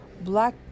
black